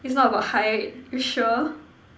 it's not about height you sure